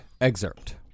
excerpt